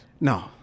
No